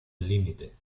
límite